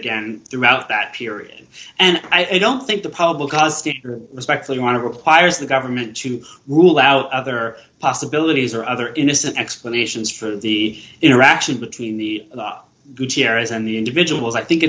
again throughout that period and i don't think the public respectfully want to acquire the government to rule out other possibilities or other innocent explanations for the interaction between the gutierrez and the individuals i think